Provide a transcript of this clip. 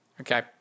okay